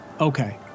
Okay